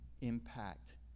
impact